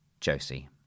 Josie